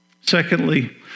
Secondly